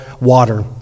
water